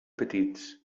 petits